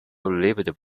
lived